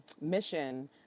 mission